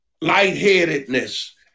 lightheadedness